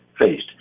faced